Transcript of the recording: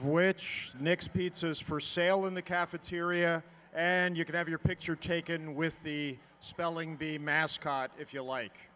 which nick's pizzas for sale in the cafeteria and you can have your picture taken with the spelling bee mascot if you like